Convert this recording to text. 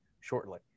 shortly